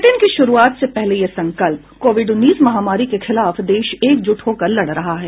bulletin की शुरूआत से पहले ये संकल्प कोविड उन्नीस महामारी के खिलाफ देश एकजुट होकर लड़ रहा है